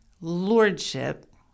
lordship